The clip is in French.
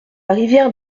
rivière